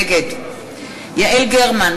נגד יעל גרמן,